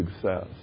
success